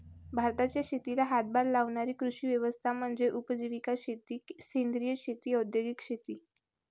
भारताच्या शेतीला हातभार लावणारी कृषी व्यवस्था म्हणजे उपजीविका शेती सेंद्रिय शेती औद्योगिक शेती